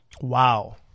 Wow